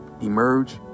emerge